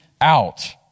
out